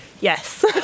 yes